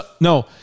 No